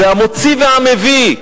זה המוציא והמביא.